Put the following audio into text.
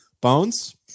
Bones